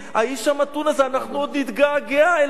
האיש המתון הזה, אנחנו עוד נתגעגע אליו.